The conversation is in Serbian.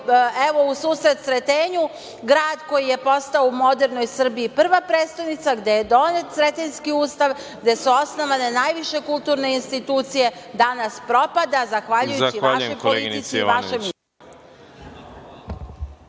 evo u susret Sretenju, grad koji je postao u modernoj Srbiji prva prestonica gde je donet Sretenjski ustav, gde su osnovane najviše kulturne institucije danas propada zahvaljujući vašoj politici i vašem…(Isključen